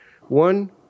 one